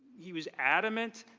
he was adamant,